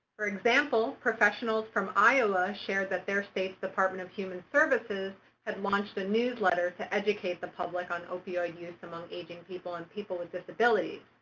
for example, professionals from iowa shared that their state's department of human services has launched a newsletter to educate the public on opioid use among aging people and people with disabilities.